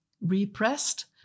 repressed